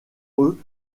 eux